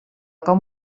com